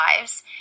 lives